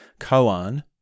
koan